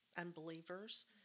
unbelievers